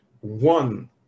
One